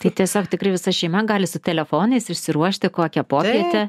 tai tiesiog tikrai visa šeima gali su telefonais išsiruošti kokią popietę